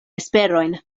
esperojn